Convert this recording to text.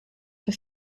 for